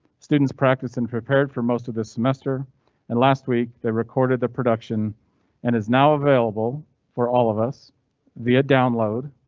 students practicing prepared for most of this semester and last week they recorded the production and is now available for all of us via download.